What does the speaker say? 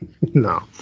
no